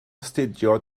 astudio